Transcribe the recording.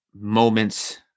moments